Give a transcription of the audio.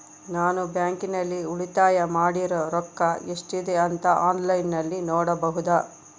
ನಾನು ಬ್ಯಾಂಕಿನಲ್ಲಿ ಉಳಿತಾಯ ಮಾಡಿರೋ ರೊಕ್ಕ ಎಷ್ಟಿದೆ ಅಂತಾ ಆನ್ಲೈನಿನಲ್ಲಿ ನೋಡಬಹುದಾ?